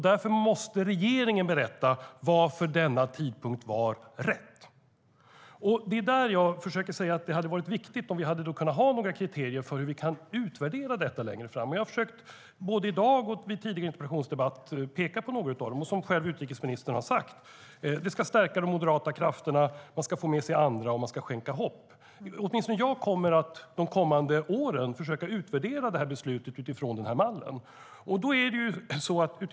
Därför måste regeringen berätta varför denna tidpunkt var rätt. Åtminstone jag kommer under de kommande åren att försöka utvärdera beslutet utifrån den mallen.